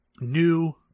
new